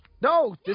No